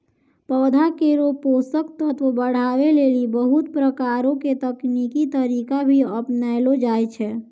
पौधा केरो पोषक तत्व बढ़ावै लेलि बहुत प्रकारो के तकनीकी तरीका भी अपनैलो जाय छै